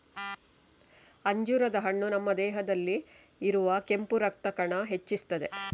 ಅಂಜೂರದ ಹಣ್ಣು ನಮ್ಮ ದೇಹದಲ್ಲಿ ಇರುವ ಕೆಂಪು ರಕ್ತ ಕಣ ಹೆಚ್ಚಿಸ್ತದೆ